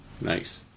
Nice